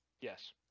Yes